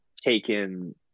taken